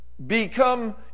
Become